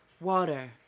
water